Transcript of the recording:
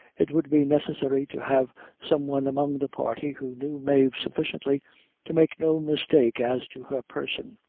it would be necessary to have some one among the party who knew mave sufficiently to make no mistake as to her person.